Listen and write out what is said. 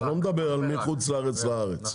אתה לא מדבר על צלצול לארץ מחוץ לארץ.